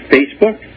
Facebook